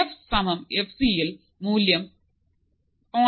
F സമം f C യിൽ മൂല്യം 0